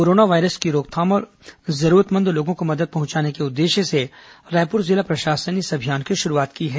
corona virus की रोकथाम और जरूरतमंदों को मदद पहुंचाने के उद्देश्य से रायपुर जिला प्रशासन ने इस अभियान की शुरूआत की है